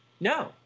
No